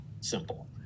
simple